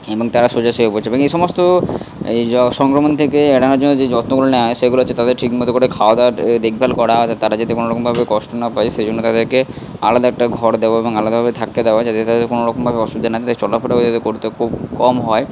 এবং তারা শয্যাশায়ী হয়ে পড়ছে এবং এই সমস্ত এই সংক্রমণ থেকে এড়ানোর জন্য যে যত্নগুলো নেওয়া হয় সেগুলো হচ্ছে তাদের ঠিক মতো করে খাওয়া দাওয়া দেখভাল করা তারা যাতে কোনো রকম ভাবে কষ্ট না পায় সে জন্য তাদেরকে আলাদা একটা ঘর দেওয়া এবং আলাদা ভাবে থাকতে দেওয়া যাতে তাদের কোনো রকম ভাবে অসুবিধা না হয় তাদের চলাফেরাও যাতে করতে খুব কম হয়